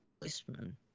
policeman